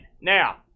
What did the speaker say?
Now